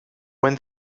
when